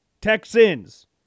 Texans